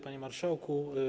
Panie Marszałku!